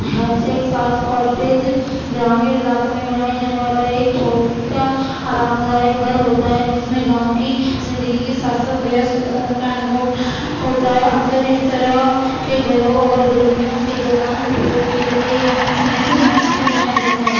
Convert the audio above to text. ہستیک سات کوارٹیج گرامیڑ علاقوں میں بنائے جانے والا ایک چھوٹا آرام دہ ایک گھر ہوتا ہے جس میں گاؤں کی زندگی کے ساتھ ساتھ بےحد سکون کا انوبھو ہوتا ہے اکثر اس طرح کے گھروں اور گرمیوں کے دوران اپیوگ کے لیے یہ رہسنیہ سے بنایا جاتا ہے